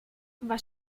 was